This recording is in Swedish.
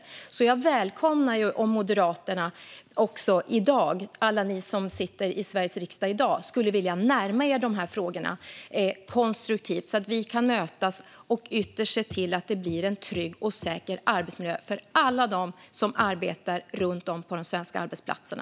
Jag skulle alltså välkomna om alla ni moderater som i dag sitter i Sveriges riksdag ville närma er dessa frågor konstruktivt så att vi kan mötas och ytterst se till att det blir en trygg och säker arbetsmiljö för alla som arbetar runt om på de svenska arbetsplatserna.